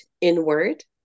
inward